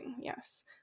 yes